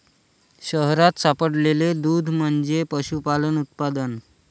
शहरात सापडलेले दूध म्हणजे पशुपालन उत्पादन